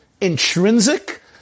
intrinsic